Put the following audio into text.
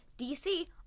DC